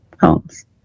homes